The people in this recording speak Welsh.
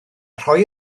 rhoi